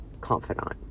confidant